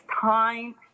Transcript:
time